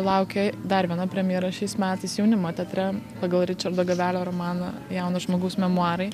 laukia dar viena premjera šiais metais jaunimo teatre pagal ričardo gavelio romaną jauno žmogaus memuarai